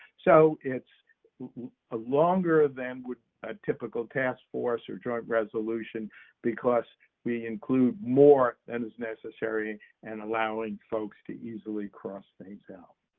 so it's ah longer than a ah typical task force or joint resolution because we include more than is necessary and allowing folks to easily cross things out.